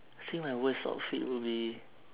so my worst outfit will be